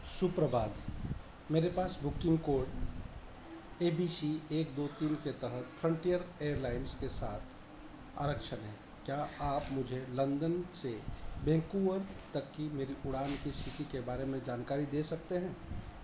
सुप्रभात मेरे पास booking code A B C एक दो तीन के तहत फ्रंटियर एयरलाइंस के साथ आरक्षण है क्या आप मुझे लंदन से बैंकूवर तक की मेरी उड़ान की स्थिति के बारे में जानकारी दे सकते हैं